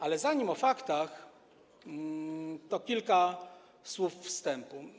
Ale zanim powiem o faktach, to kilka słów wstępu.